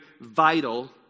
vital